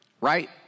right